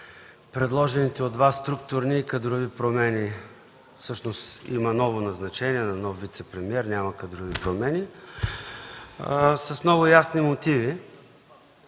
предложените от Вас структурни и кадрови промени. Всъщност има назначение на нов вицепремиер – няма кадрови промени, с много ясни мотиви.